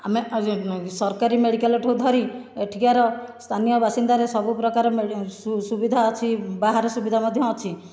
ଆମେ ସରକାରୀ ମେଡ଼ିକାଲ ଠୁ ଧରି ଏଠିକାର ସ୍ଥାନୀୟ ବାସିନ୍ଦାର ସବୁପ୍ରକାର ସୁବିଧା ଅଛି ବାହାର ସୁବିଧା ମଧ୍ୟ ଅଛି